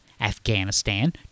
afghanistan